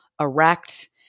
erect